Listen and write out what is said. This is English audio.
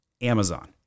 Amazon